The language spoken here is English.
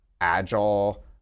agile